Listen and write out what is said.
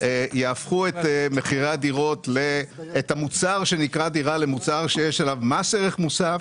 יהפכו את המוצר שנקרא דירה למוצר שיש עליו מס ערך מוסף